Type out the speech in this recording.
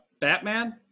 Batman